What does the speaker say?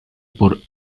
por